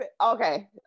okay